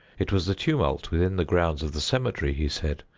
it was the tumult within the grounds of the cemetery, he said,